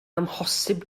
amhosib